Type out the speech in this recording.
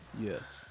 Yes